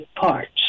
parts